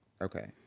Okay